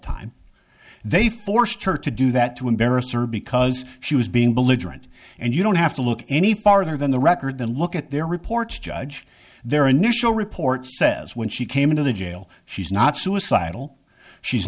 time they forced her to do that to embarrass her because she was being belligerent and you don't have to look any farther than the record then look at their reports judge their initial report says when she came into the jail she's not suicidal she's